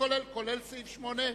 כולל מס' 8?